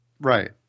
Right